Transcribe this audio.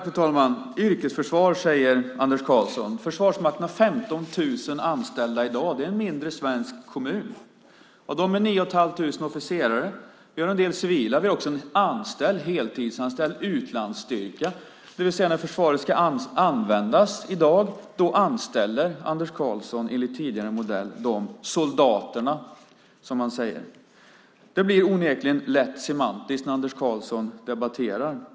Fru talman! Yrkesförsvar, säger Anders Karlsson. Försvarsmakten har 15 000 anställda i dag. Det är som en mindre svensk kommun. Det är 9 500 officerare. Vi har en del civila. Vi har också en heltidsanställd utlandsstyrka, det vill säga att när försvaret ska användas i dag anställer Anders Karlsson, enligt tidigare modell, de soldaterna. Det blir onekligen lätt semantiskt när Anders Karlsson debatterar.